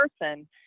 person